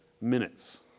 minutes